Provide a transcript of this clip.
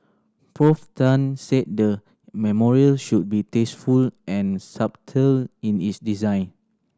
Prof Tan said the memorial should be tasteful and subtle in its design